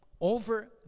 over